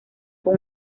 con